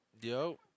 yo